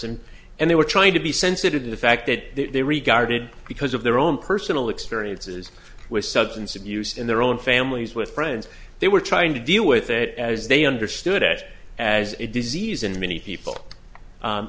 and and they were trying to be sensitive to the fact that they regarded because of their own personal experiences with substance abuse in their own families with friends they were trying to deal with it as they understood it as a disease in many people